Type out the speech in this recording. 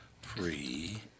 free